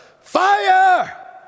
Fire